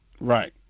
Right